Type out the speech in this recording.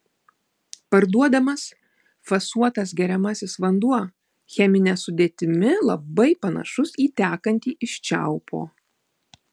parduodamas fasuotas geriamasis vanduo chemine sudėtimi labai panašus į tekantį iš čiaupo